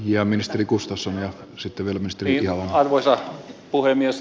ja ministeri kuustosen ja sitten ilmestyi jo arvoisa puhemies